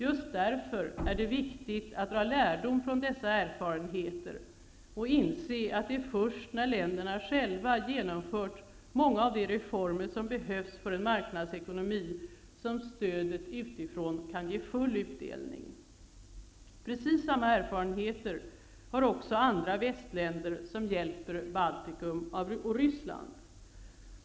Just därför är det viktigt att dra lärdom av dessa erfarenheter och inse att det är först när länderna själva genomfört många av de reformer som behövs för en marknadsekonomi som stödet utifrån kan ge full utdelning. Precis samma erfarenheter har också andra västländer som hjälper Baltikum och Ryssland.